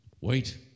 Wait